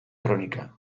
kronika